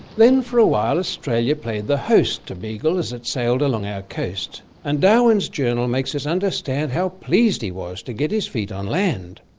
then for a while australia played the host to beagle, as it sailed along our coast and darwin's journal makes us understand how pleased he was to get his feet on land.